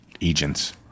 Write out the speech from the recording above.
agents